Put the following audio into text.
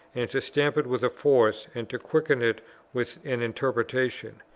and to stamp it with a force, and to quicken it with an interpretation.